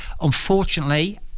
Unfortunately